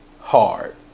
hard